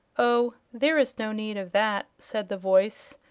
oh, there is no need of that, said the voice,